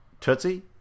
Tootsie